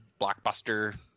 blockbuster